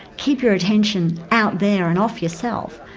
keep your attention out there and off yourself,